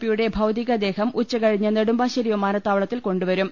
പിയുടെ ഭൌതികദേഹം ഉച്ചകഴിഞ്ഞ് നെടുമ്പാശ്ശേരി വിമാനത്താ വളത്തിൽകൊണ്ടുവരും